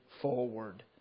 forward